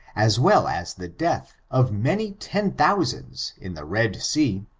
as well as the death of many ten thousands in the red sea,